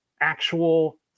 actual